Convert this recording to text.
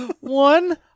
One